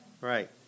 right